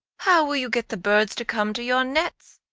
how will you get the birds to come to your nets?